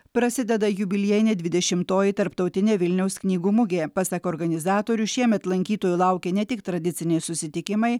prasideda jubiliejinė dvidešimtoji tarptautinė vilniaus knygų mugė pasak organizatorių šiemet lankytojų laukia ne tik tradiciniai susitikimai